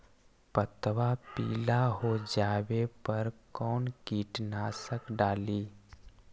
पतबा पिला हो जाबे पर कौन कीटनाशक डाली?